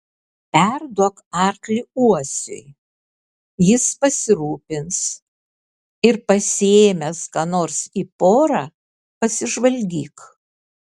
perduok arklį uosiui jis pasirūpins ir pasiėmęs ką nors į porą pasižvalgyk